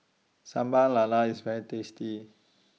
Sambal Lala IS very tasty